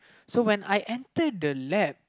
so when I enter the lab